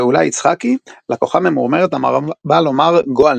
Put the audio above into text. גאולה יצחקי לקוחה ממורמרת המרבה לומר "גועל